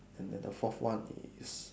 and then the fourth one is